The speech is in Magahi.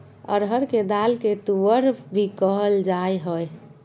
अरहर के दाल के तुअर भी कहल जाय हइ